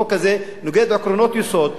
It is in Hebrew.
החוק הזה נוגד עקרונות יסוד.